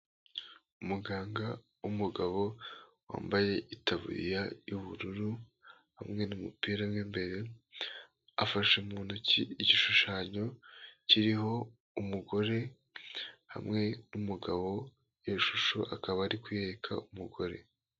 Umuganga w'umugabo wambaye itaburiya y'ubururu hamwe n'umupira w'imbere afashe mu ntoki igishushanyo kiriho umugore hamwe n'umugabo iyo shusho akaba ari kuyereka umugore.